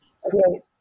quote